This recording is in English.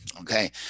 okay